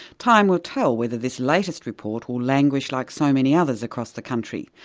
time will tell whether this latest report will languish like so many others across the country.